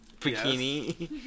bikini